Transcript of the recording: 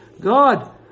God